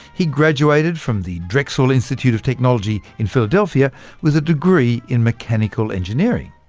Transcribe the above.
he graduated from the drexel institute of technology in philadelphia with a degree in mechanical engineering.